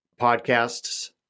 podcasts